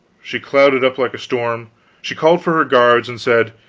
she clouded up like storm she called for her guards, and said